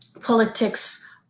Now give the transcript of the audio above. politics